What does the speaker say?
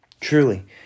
Truly